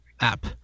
app